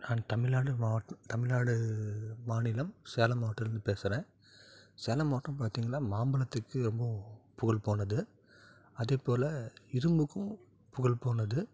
நான் தமிழ்நாடு தமிழ்நாடு மாநிலம் சேலம் மாவட்டத்தில் இருந்து பேசுகிறேன் சேலம் மாவட்டம் பார்த்திங்கனா மாம்பழத்துக்கு ரொம்ப புகழ் போனது அதைப்போல் இரும்புக்கும் புகழ் போனது